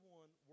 one